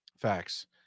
Facts